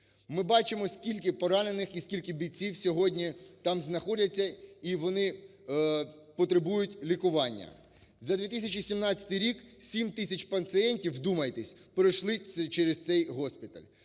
Ми бачимо, скільки поранених і скільки бійців там знаходяться, і вони потребують лікування. За 2017 рік 7 тисяч пацієнтів, вдумайтесь, пройшли через цей госпіталь.